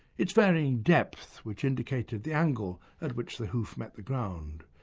its varying depth which indicated the angle at which the hoof met the ground,